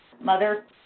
Mother